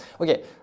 okay